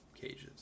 cages